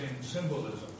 symbolism